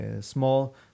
Small